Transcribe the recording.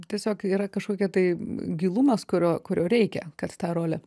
tiesiog yra kažkokia tai gilumas kurio kurio reikia kad tą rolę